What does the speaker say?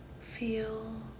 feel